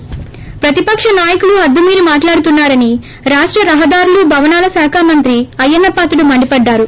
ి ప్రతిపక్ష నాయకులు హద్గు మీరి మాట్లాడుతున్నారని రాష్ట రహదారులు భవనాల శాఖ మంత్రి అయ్యన్న పాత్రుడు మండిపడ్డారు